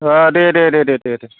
दे दे दे